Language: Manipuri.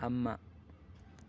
ꯑꯃ